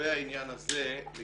לגבי העניין הזה אני